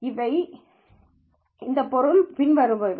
எனவே இதன் பொருள் பின்வருபவை